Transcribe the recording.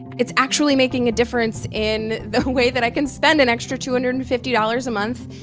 it's actually making a difference in the way that i can spend an extra two hundred and fifty dollars a month.